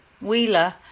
wheeler